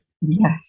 yes